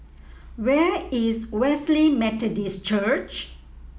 where is Wesley Methodist Church